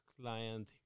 client